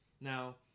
Now